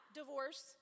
divorce